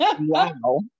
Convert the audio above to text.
Wow